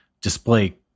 display